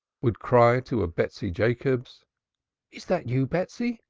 would cry to a betsy jacobs is that you, betsy,